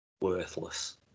worthless